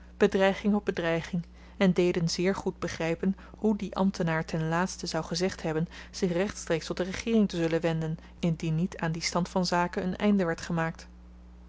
bedreiging op bedreiging en deden zeer goed begrypen hoe die ambtenaar ten laatste zou gezegd hebben zich rechtstreeks tot de regeering te zullen wenden indien niet aan dien stand van zaken een einde werd gemaakt